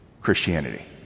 Christianity